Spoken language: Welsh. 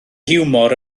hiwmor